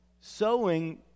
Sowing